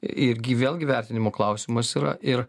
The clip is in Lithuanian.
irgi vėlgi vertinimo klausimas yra ir